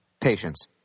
Patience